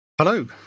Hello